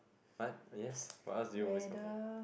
what yes what else do you always complain